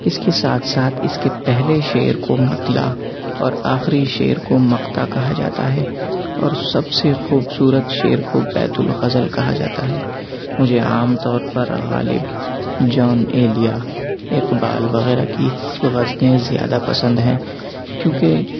اِس کے ساتھ ساتھ اِس کے پہلے شعر کو مطلع اور آخری شعر کو مقطع کہا جاتا ہے اور سب سے خوبصورت شعر کو بیتُ الغَزَل کہا جاتا ہے مجھے عام طور پر غالب جون ایلیا اقبال وغیرہ کی غزلیں زیادہ پسند ہیں کیونکہ